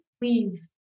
please